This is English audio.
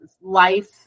life